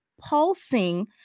pulsing